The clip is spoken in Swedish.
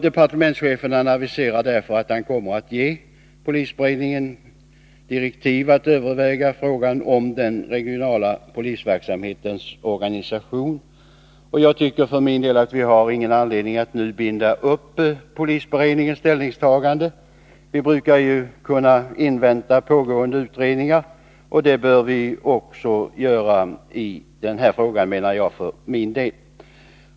Departementschefen aviserar därför att han kommer att ge polisberedningen direktiv att överväga frågan om den regionala polisverksamhetens organisation. Jag anser att vi inte har någon anledning att nu binda upp polisberedningensställningstagande. Vi brukar ju kunna invänta pågående utredningar, och det bör vi göra även i denna fråga.